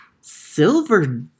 silver